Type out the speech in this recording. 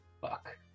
Fuck